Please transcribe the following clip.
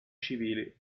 civili